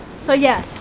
so yeah,